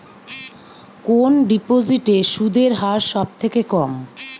কোন ডিপোজিটে সুদের হার সবথেকে কম?